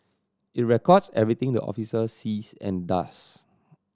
it records everything the officer sees and does